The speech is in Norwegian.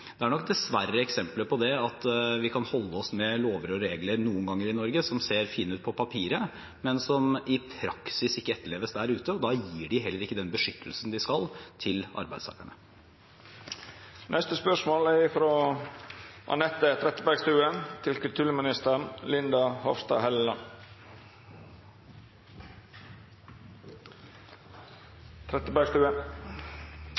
Det er nok dessverre eksempler på at vi noen ganger kan holde oss med lover og regler i Norge som ser fine ut på papiret, men som i praksis ikke etterleves der ute, og da gir de heller ikke den beskyttelsen de skal, til arbeidstakerne. «I budsjettforliket ble det lagt inn et kutt på 16 millioner kroner til